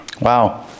wow